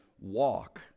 walk